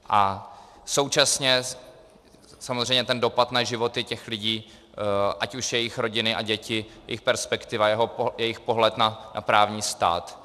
A současně samozřejmě ten dopad na životy těch lidí, ať už jejich rodiny, děti i perspektiva, jejich pohled na právní stát.